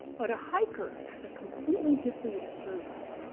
but a hiker has a completely different experience.